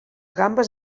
gambes